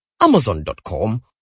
amazon.com